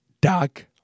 Doc